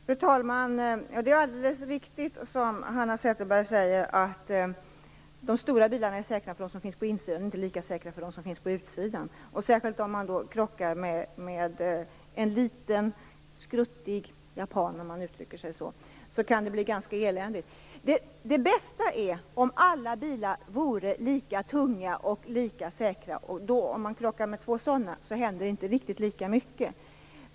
Fru talman! Det är alldeles riktigt, Hanna Zetterberg, att de stora bilarna är säkrare för dem som sitter i bilen. Däremot är de inte lika säkra för dem som finns utanför. Särskilt om man krockar med en liten skruttig japan, om jag får uttrycka mig så, kan det bli ganska eländigt. Det bästa vore att alla bilar var lika tunga och lika säkra. Om två sådana bilar krockar, händer inte riktigt lika mycket.